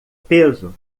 peso